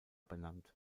benannt